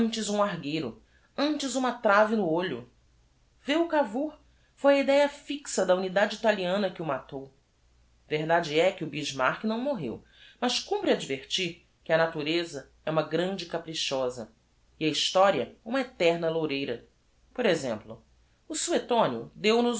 antes um argueiro antes uma trave no olho vê o cavour foi a idéa fixa da unidade italiana que o matou verdade é que o bismark não morreu mas cumpre advertir que a natureza é uma grande caprichosa e a historia uma eterna loureira por exemplo o suetonio deu-nos um